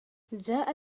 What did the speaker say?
جاء